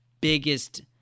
biggest